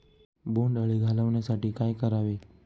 बोंडअळी घालवण्यासाठी काय करावे?